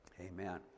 Amen